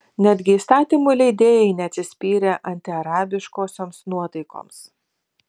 netgi įstatymų leidėjai neatsispyrė antiarabiškosioms nuotaikoms